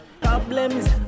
Problems